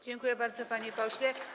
Dziękuję bardzo, panie pośle.